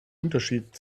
unterschied